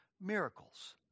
miracles